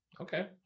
Okay